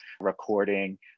recording